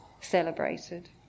celebrated